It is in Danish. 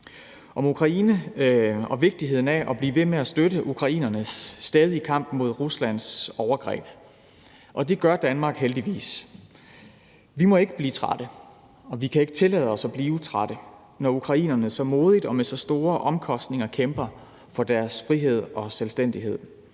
Om Ukraine og vigtigheden af at blive ved med at støtte ukrainernes stadige kamp mod Ruslands overgreb vil jeg sige, at det gør Danmark heldigvis. Vi må ikke blive trætte, og vi kan ikke tillade os at blive trætte, når ukrainerne så modigt og med så store omkostninger kæmper for deres frihed og selvstændighed